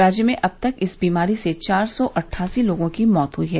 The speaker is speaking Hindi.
राज्य में अब तक इस बीमारी से चार सौ अट्ठासी लोगों की मौत हुई है